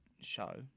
show